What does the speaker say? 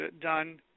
done